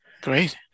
Great